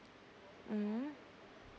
mm